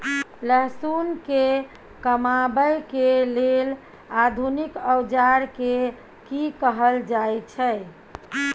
लहसुन के कमाबै के लेल आधुनिक औजार के कि कहल जाय छै?